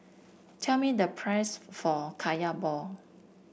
tell me the price for kaya ball